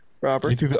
Robert